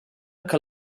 que